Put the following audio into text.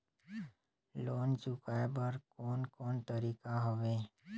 Loan चुकाए बर कोन कोन तरीका हवे?